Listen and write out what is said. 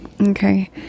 Okay